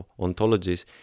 ontologies